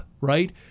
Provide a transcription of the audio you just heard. right